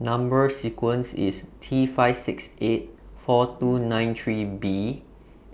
Number sequence IS T five six eight four two nine three B